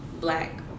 black